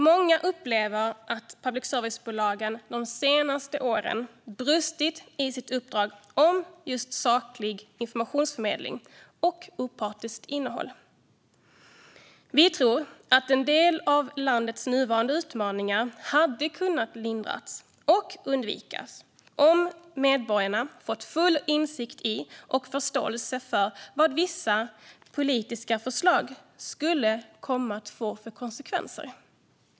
Många upplever att public service-bolagen de senaste åren brustit i sitt uppdrag gällande just saklig informationsförmedling och opartiskt innehåll. Vi tror att en del av landets nuvarande utmaningar hade kunnat lindras och undvikas om medborgarna fått full insikt i och förståelse för vad vissa politiska förslag skulle komma att få för konsekvenser.